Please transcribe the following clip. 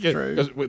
True